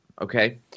okay